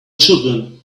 children